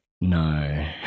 no